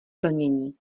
plnění